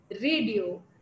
radio